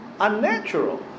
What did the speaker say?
unnatural